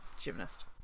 gymnast